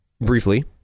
briefly